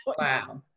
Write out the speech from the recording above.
wow